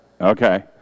Okay